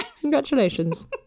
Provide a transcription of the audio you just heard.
Congratulations